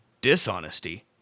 dishonesty